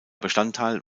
bestandteil